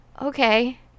okay